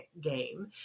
game